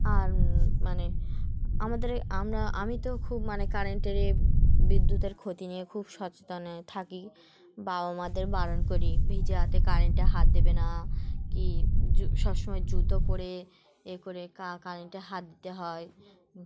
আর মানে আমাদের আমরা আমি তো খুব মানে কারেন্টের ইয়ে বিদ্যুতের ক্ষতি নিয়ে খুব সচেতন হয়ে থাকি বাবা মাদের বারণ করি ভিজে হাতে কারেন্টে হাত দেবে না কি জু সব সময় জুতো পরে এ করে কা কারেন্টে হাত দিতে হয়